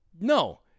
No